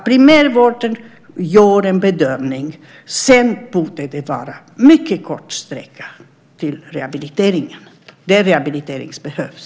Primärvården gör en bedömning, och sedan borde det vara en mycket kort sträcka till rehabiliteringen där rehabilitering behövs.